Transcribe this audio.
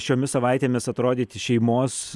šiomis savaitėmis atrodyti šeimos